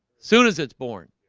soon as it's born